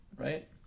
right